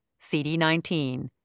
CD19